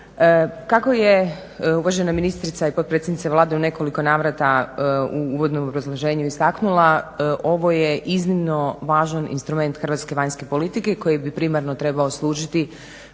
Kako je uvažena ministrica i potpredsjednica Vlade u nekoliko navrata u uvodnom obrazloženju istaknula, ovo je iznimno važan instrument hrvatske vanjske politike koji bi primarno trebao služiti